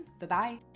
Bye-bye